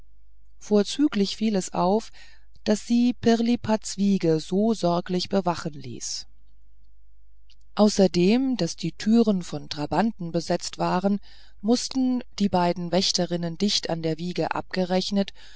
vorzüglich fiel es auf daß sie pirlipats wiege so sorglich bewachen ließ außerdem daß die türen von trabanten besetzt waren mußten die beiden wärterinnen dicht an der wiege abgerechnet